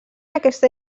aquesta